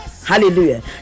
Hallelujah